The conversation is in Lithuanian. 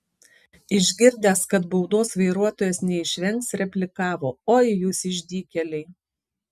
išgirdęs kad baudos vairuotojas neišvengs replikavo oi jūs išdykėliai